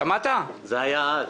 זה היה אז.